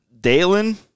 Dalen